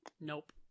Nope